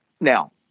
Now